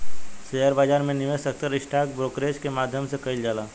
share बाजार में निवेश अक्सर स्टॉक ब्रोकरेज के माध्यम से कईल जाला